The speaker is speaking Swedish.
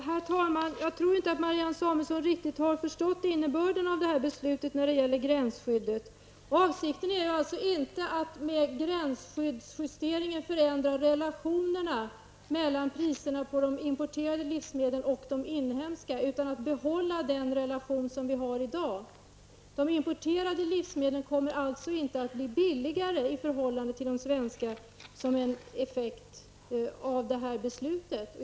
Herr talman! Jag tror inte att Marianne Samuelsson riktigt har förstått innebörden av det beslut som gäller gränsskyddet. Avsikten är inte att med gränsskyddsjusteringen förändra relationerna mellan priserna på de importerade livsmedlen och de inhemska, utan att behålla den relation som vi har i dag. De importerade livsmedlen kommer alltså inte att bli billigare i förhållande till desvenska som en effekt av detta beslut.